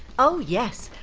oh, yes!